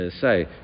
say